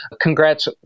congrats